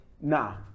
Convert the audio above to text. Nah